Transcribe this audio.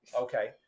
Okay